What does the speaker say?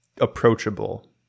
approachable